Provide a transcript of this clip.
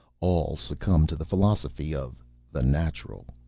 all succumbed to the philosophy of the natural.